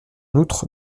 outre